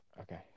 Okay